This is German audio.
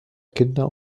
kinder